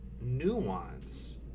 nuance